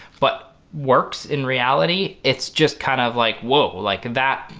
but works in reality it's just kind of like whoa like that.